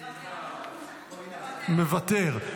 מוותר.